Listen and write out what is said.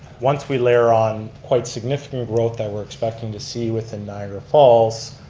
once we layer on quite significant growth that we're expecting to see within niagara falls,